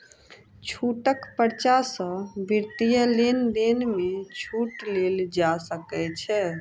छूटक पर्चा सॅ वित्तीय लेन देन में छूट लेल जा सकै छै